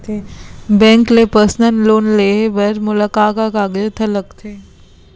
Bank ले personal loan लेये बर का का कागजात ह लगथे?